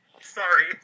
Sorry